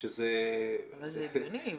אבל זה הגיוני.